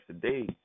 today